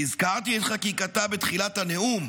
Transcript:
שהזכרתי את חקיקתה בתחילת הנאום,